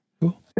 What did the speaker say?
Cool